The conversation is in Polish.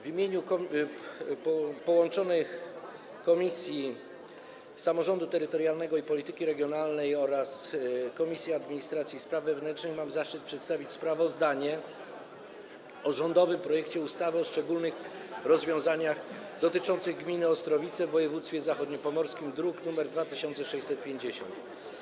W imieniu połączonych Komisji Samorządu Terytorialnego i Polityki Regionalnej oraz Komisji Administracji i Spraw Wewnętrznych mam zaszczyt przedstawić sprawozdanie o rządowym projekcie ustawy o szczególnych rozwiązaniach dotyczących gminy Ostrowice w województwie zachodniopomorskim, druk nr 2650.